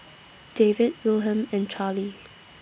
David Wilhelm and Charlie